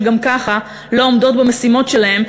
שגם ככה לא עומדות במשימות שלהן,